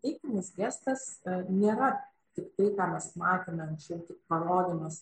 deiktinis gestas nėra tiktai ką mes matėme anksčaiu tik parodymas